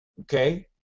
okay